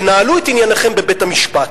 תנהלו את ענייניכם בבית-המשפט.